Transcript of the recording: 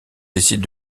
décide